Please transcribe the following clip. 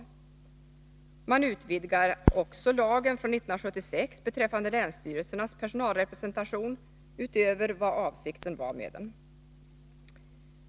Man utvidgar också lagen från 1976 beträffande länsstyrelsernas personalrepresentation utöver vad avsikten var.